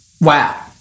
Wow